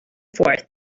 fourth